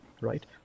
right